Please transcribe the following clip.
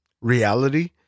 reality